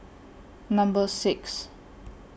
Number six